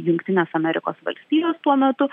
jungtinės amerikos valstijos tuo metu